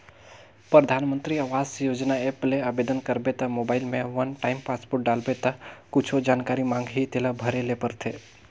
परधानमंतरी आवास योजना ऐप ले आबेदन करबे त मोबईल में वन टाइम पासवर्ड डालबे ता कुछु जानकारी मांगही तेला भरे ले परथे